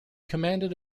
commanded